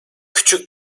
küçük